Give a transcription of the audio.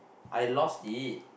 I lost it